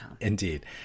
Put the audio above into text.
Indeed